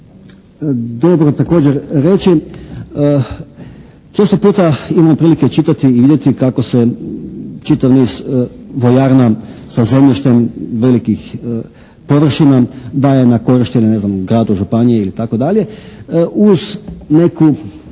dobro također reći često puta imamo prilike čitati i vidjeti kako se čitav niz vojarna sa zemljištem velikih površina daje na korištenje ne znam gradu, županiji ili tako dalje uz neku